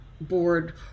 board